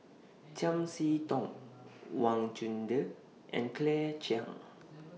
Chiam See Tong Wang Chunde and Claire Chiang